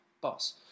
boss